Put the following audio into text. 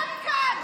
צא מכאן.